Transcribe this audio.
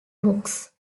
books